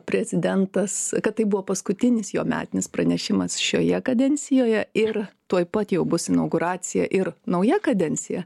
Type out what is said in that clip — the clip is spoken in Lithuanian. prezidentas kad tai buvo paskutinis jo metinis pranešimas šioje kadencijoje ir tuoj pat jau bus inauguracija ir nauja kadencija